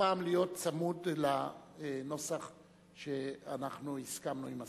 הפעם להיות צמוד לנוסח שאנחנו הסכמנו עם השר.